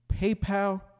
PayPal